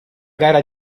gara